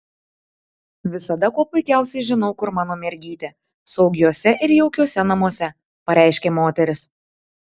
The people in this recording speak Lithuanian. visada kuo puikiausiai žinau kur mano mergytė saugiuose ir jaukiuose namuose pareiškė moteris